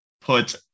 put